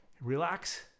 relax